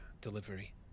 delivery